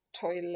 toilet